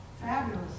Fabulous